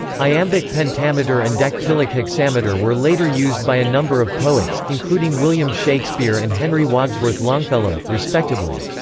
iambic pentameter and dactylic hexameter were later used by a number of poets, including william shakespeare and henry wadsworth longfellow, respectively.